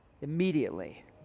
Immediately